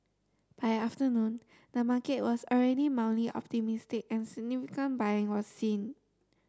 by afternoon the market was already mildly optimistic and significant buying was seen